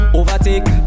overtake